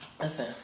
Listen